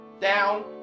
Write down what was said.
Down